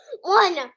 One